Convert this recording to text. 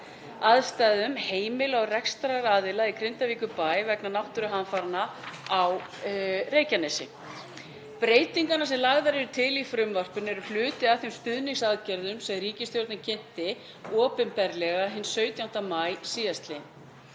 aðstæðum heimila og rekstraraðila í Grindavíkurbæ vegna náttúruhamfaranna á Reykjanesi. Breytingarnar sem lagðar eru til í frumvarpinu eru hluti af þeim stuðningsaðgerðum sem ríkisstjórnin kynnti opinberlega hinn 17. maí síðastliðinn.